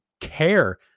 care